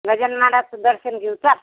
गजानन महाराजचं दर्शन घेऊचा